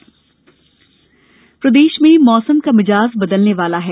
मौसम प्रदेश में मौसम का मिजाज बदलने वाला है